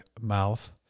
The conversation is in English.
mouth